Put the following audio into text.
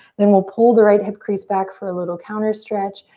then we'll pull the right hip crease back for a little counter stretch.